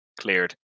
cleared